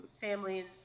family